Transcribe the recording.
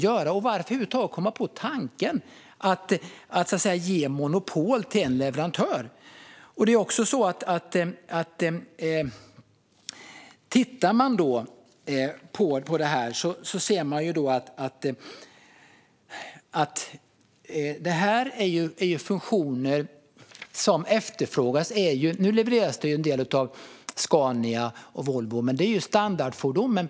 Hur kom man över huvud taget på tanken att ge monopol till en leverantör? Tittar man på detta ser man att det här är funktioner som efterfrågas. Nu levereras en del av Scania och Volvo, men det är standardfordon.